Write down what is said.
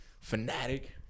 fanatic